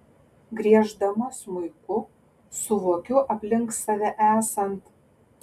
grieždama smuiku suvokiu aplink save esant